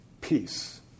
peace